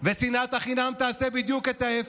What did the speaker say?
ושנאת החינם תעשה בדיוק את ההפך.